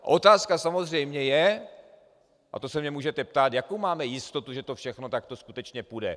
Otázka samozřejmě je, a to se mě můžete ptát, jakou máme jistotu, že to všechno takto skutečně půjde.